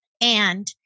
And-